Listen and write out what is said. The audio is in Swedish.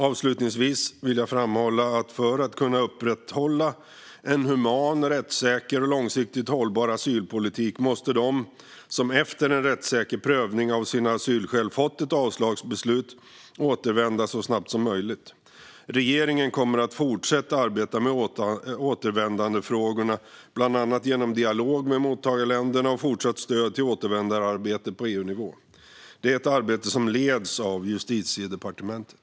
Avslutningsvis vill jag framhålla att för att kunna upprätthålla en human, rättssäker och långsiktigt hållbar asylpolitik måste de som efter en rättssäker prövning av sina asylskäl fått ett avslagsbeslut återvända så snabbt som möjligt. Regeringen kommer att fortsätta arbeta med återvändandefrågorna, bland annat genom dialog med mottagarländerna och fortsatt stöd till återvändandearbetet på EU-nivå. Det är ett arbete som leds av Justitiedepartementet.